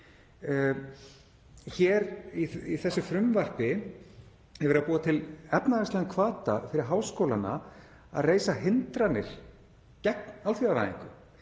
Hér í þessu frumvarpi er verið að búa til efnahagslegan hvata fyrir háskólana til að reisa hindranir gegn alþjóðavæðingu,